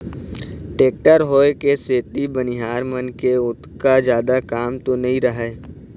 tractor होय के सेती बनिहार मन के ओतका जादा काम तो नइ रहय